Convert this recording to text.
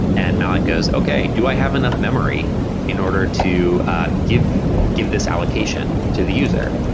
and malloc goes, okay. do i have enough memory in order to give give this allocation to the user?